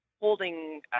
holding